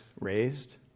raised